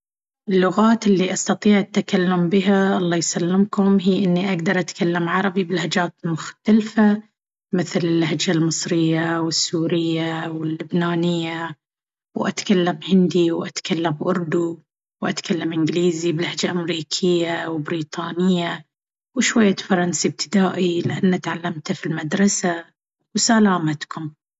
اللغات اللي أستطيع التكلم بها الله يسلمكم هي اني أقدر أتكلم عربي بلهجات مختلفة مثل اللهجة المصرية والسورية واللبنانية وأتكلم هندي وأتكلم أوردوا وأتكلم إنجليزي بلهجة أمريكية وبريطانية وشوية فرنسي ابتدائي لأني تعلمته في المدرسة وسلامتكم.